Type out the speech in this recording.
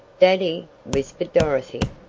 daddy, whispered dorothy,